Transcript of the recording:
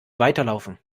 weiterlaufen